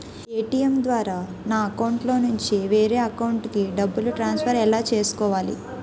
ATM ద్వారా నా అకౌంట్లోనుంచి వేరే అకౌంట్ కి డబ్బులు ట్రాన్సఫర్ ఎలా చేసుకోవాలి?